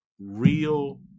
real